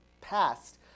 passed